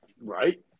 right